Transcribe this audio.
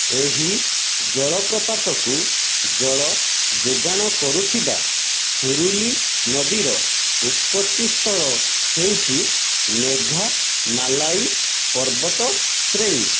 ଏହି ଜଳପ୍ରପାତକୁ ଜଳ ଯୋଗାଣ କରୁଥିବା ସୁରୁଲି ନଦୀର ଉତ୍ପତ୍ତି ସ୍ଥଳ ହେଉଛି ମେଘାମାଲାଇ ପର୍ବତ ଶ୍ରେଣୀ